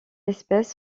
espèce